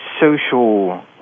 social